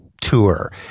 tour